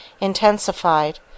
intensified